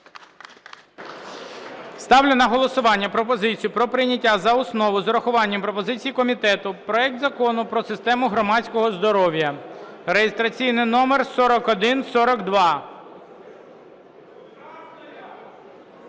Ставлю на голосування пропозицію про прийняття за основу з урахуванням пропозицій комітету проект Закону про систему громадського здоров'я (реєстраційний номер 4142).